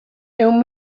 ehun